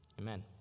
Amen